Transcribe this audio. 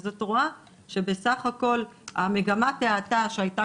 אז את רואה שבסך הכל מגמת ההאטה שהיתה